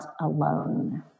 alone